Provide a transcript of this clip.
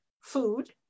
food